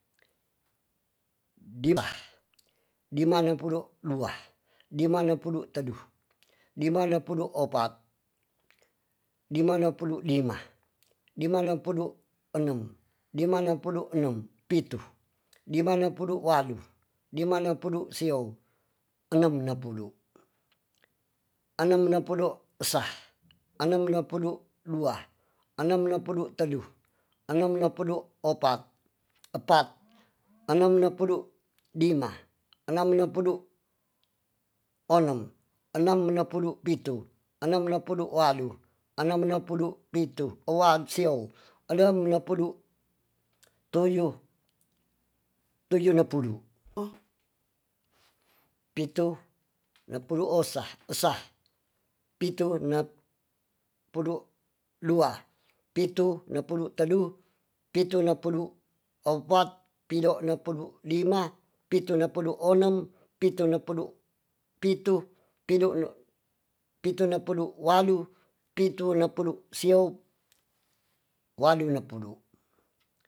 Dima-dimana pudo dua dimana pudo tedu dimana pudo epat dimana pudo dima dimana pudo enung dimana pudo enung pitu dimana pudo wadu dimana pudo siou enem nepudu enem nepudu sah anam napudo dua anam napudo tedu anam napudo epat epat anam napedu dima anam napedu onom anam napedu pitu anam napedu wadu anam nepedu pitu owaitsiou enem nepedut toyo-toyo nepudu o pitu nepulu osa esa pitu nep pudu dua pitu depudu tedu pitu nepudu epat pido nepedu dima pitu nepedu onem pitu nepedu pitu pido ne pitu nepedu walu pitu nepedu siou wadu nepedu